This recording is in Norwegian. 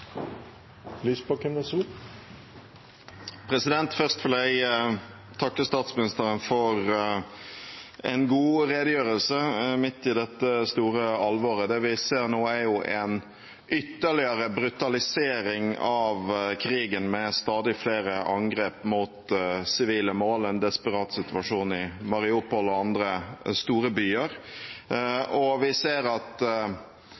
Først vil jeg takke statsministeren for en god redegjørelse midt i dette store alvoret. Det vi ser nå, er en ytterligere brutalisering av krigen, med stadig flere angrep mot sivile mål og en desperat situasjon i Mariupol og andre store byer. Vi ser at